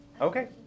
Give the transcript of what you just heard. Okay